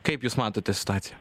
kaip jūs matote situaciją